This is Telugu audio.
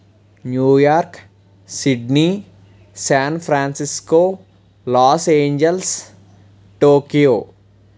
New York Sydney San Francisco Los Angeles Tokyo